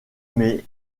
mai